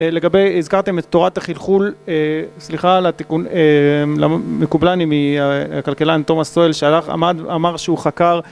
לגבי, הזכרתם את תורת החלחול, סליחה על התיקון - מקובלני מהכלכלן תומס סואל שאמר שהוא חקר